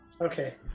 Okay